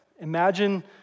Imagine